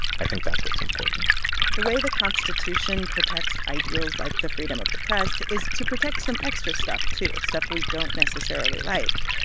i think that's what's important the way the constitution protects ideals like the freedom of the press is to protect some extra stuff, too stuff we don't necessarily like.